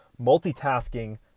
multitasking